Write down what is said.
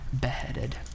beheaded